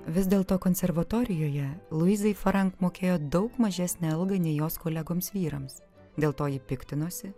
vis dėlto konservatorijoje luizai farank mokėjo daug mažesnę algą nei jos kolegoms vyrams dėl to ji piktinosi